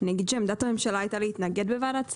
עמדת הממשלה הייתה להתנגד בוועדת שרים.